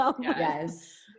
Yes